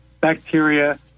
bacteria